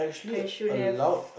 I should have